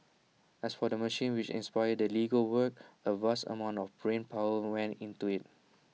as for the machine which inspired the Lego work A vast amount of brain power went into IT